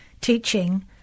teaching